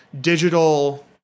digital